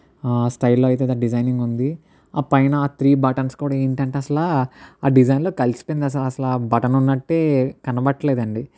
స్టైల్లో అయితే దాని డిజైనింగ్ ఉంది ఆ పైన ఆ త్రీ బటన్స్ కూడా ఏంటి అంటే అసలా ఆ డిజైన్లో కలిసిపోయింది అసల అసల ఆ బటన్ ఉన్నట్టే కనబడట్లేదు అండి